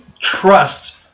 trust